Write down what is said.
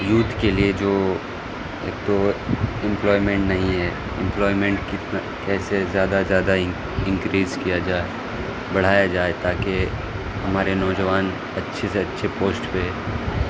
youth کے لیے جو ایک تو امپلائیمنٹ نہیں ہے امپلائیمنٹ کتنا کیسے زیادہ زیادہ انک انکریز کیا جائے بڑھایا جائے تاکہ ہمارے نوجوان اچھے سے اچھے پوسٹ پہ